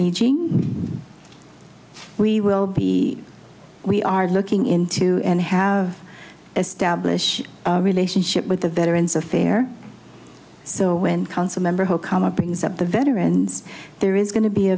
aging we will be we are looking into and have establish a relationship with the veterans affair so when council member who come up brings up the veterans there is going to be a